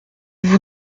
vous